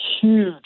huge